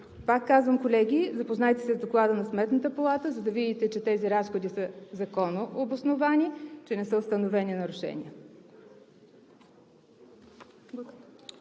пак казвам, колеги, запознайте се с Доклада на Сметната палата, за да видите, че тези разходи са законно обосновани, че не са установени нарушения.